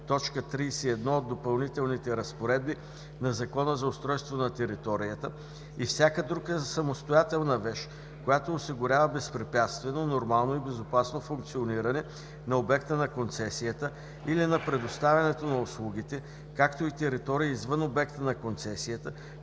5, т. 31 от допълнителните разпоредби на Закона за устройство на територията и всяка друга самостоятелна вещ, които осигуряват безпрепятствено, нормално и безопасно функциониране на обекта на концесията или на предоставянето на услугите, както и територии извън обекта на концесията,